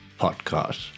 podcast